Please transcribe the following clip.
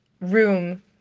room